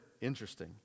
interesting